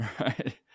right